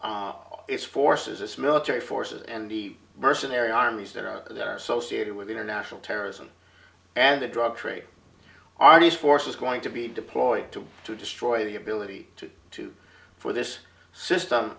its forces this military forces and the mercenary armies that are there so syria with international terrorism and the drug trade are these forces going to be deployed to to destroy the ability to to for this system